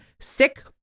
sick